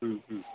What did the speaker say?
ம் ம்